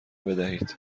بدهید